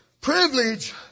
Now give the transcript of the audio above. privilege